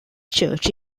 church